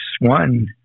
one